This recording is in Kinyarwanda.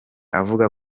avuga